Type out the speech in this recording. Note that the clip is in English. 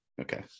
Okay